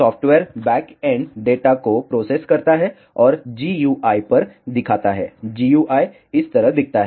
software back end data को process करता है और GUI पर दिखता है GUI इस तरह दिखता है